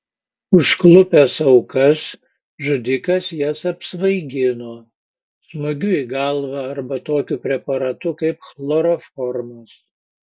užklupęs aukas žudikas jas apsvaigino smūgiu į galvą arba tokiu preparatu kaip chloroformas